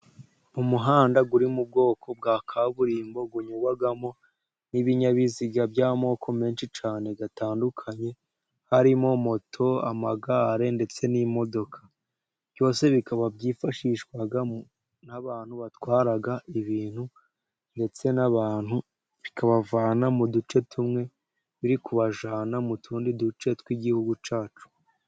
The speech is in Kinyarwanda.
Umuhanda uri mu bwoko bwa kaburimbo, unyurwamo n'ibinyabiziga by'amoko menshi cyane atandukanye. Harimo moto, amagare ndetse n'imodoka. Byose bikaba byifashishwa n'abantu batwara ibintu ndetse n'abantu, bikabavana mu duce tumwe biri kubajyana mu tundi duce tw'Igihugu cyacu.